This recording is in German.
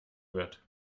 wird